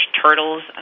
turtles